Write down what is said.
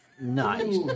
Nice